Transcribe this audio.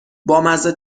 بامزه